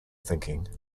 thinking